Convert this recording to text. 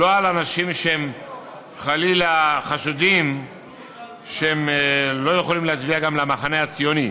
לא על אנשים שחלילה חשודים שהם לא יכולים להצביע גם למחנה הציוני.